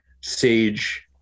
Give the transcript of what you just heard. sage